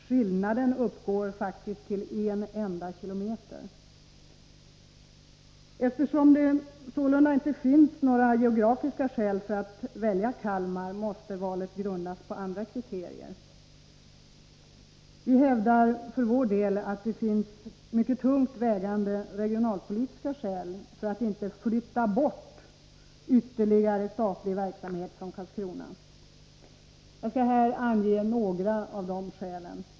Skillnaden uppgår faktiskt till en enda kilometer. Eftersom det sålunda inte finns några geografiska skäl för att välja Kalmar, måste valet grundas på andra kriterier. Vi hävdar för vår del att det finns tungt vägande regionalpolitiska skäl för att inte flytta bort ytterligare statlig verksamhet från Karlskrona. Jag skall här ange några av de skälen.